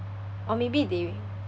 or maybe they